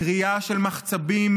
כרייה של מחצבים,